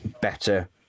better